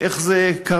איך זה קרה,